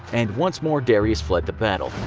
and once more darius fled the battle.